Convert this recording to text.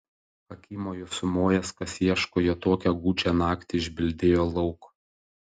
akimoju sumojęs kas ieško jo tokią gūdžią naktį išbildėjo lauk